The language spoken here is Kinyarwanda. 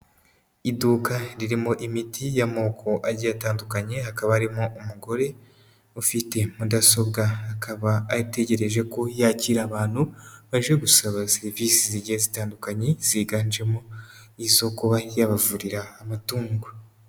Iduka ririmo imiti y'amoko agiye atandukanye, hakaba arimo umugore ufite mudasobwa, akaba ategereje ko yakira abantu baje gusaba serivisi zigiye zitandukanye ziganjemo izo kuba yabavurira amatungo.